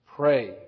Pray